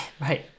right